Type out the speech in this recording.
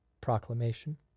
proclamation